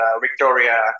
Victoria